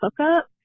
hookup